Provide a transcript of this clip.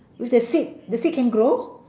with the seed the seed can grow